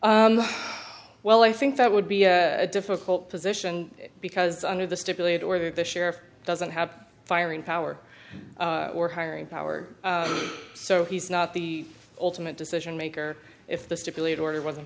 well i think that would be a difficult position because under the stipulate or the sheriff doesn't have firing power or hiring power so he's not the ultimate decision maker if the stipulate order was